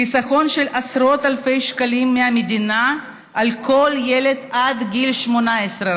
חיסכון של עשרות אלפי שקלים מהמדינה לכל ילד עד גיל 18,